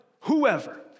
whoever